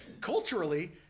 culturally